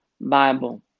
Bible